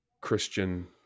Christian